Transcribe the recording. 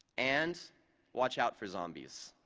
and watch out for zombies.